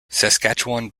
saskatchewan